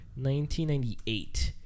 1998